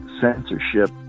censorship